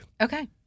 Okay